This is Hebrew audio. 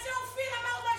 אופיר אמר משהו,